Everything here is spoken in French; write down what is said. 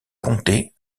comté